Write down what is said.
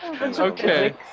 Okay